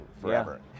forever